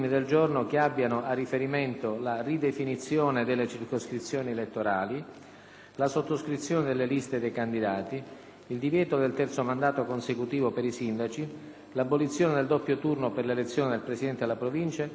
la sottoscrizione delle liste dei candidati, il divieto del terzo mandato consecutivo per i sindaci, l'abolizione del doppio turno per l'elezione del presidente della Provincia, l'abolizione del doppio turno per l'elezione del sindaco nei Comuni con popolazione superiore a 15.000 abitanti,